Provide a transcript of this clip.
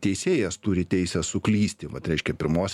teisėjas turi teisę suklysti vat reiškia pirmos